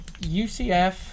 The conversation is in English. UCF